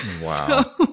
Wow